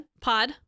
Pod